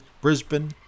Brisbane